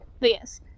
Yes